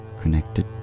connected